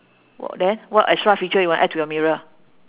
wha~ then what extra feature you want add to your mirror